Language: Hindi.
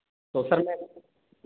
तो सर मैं